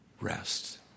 rest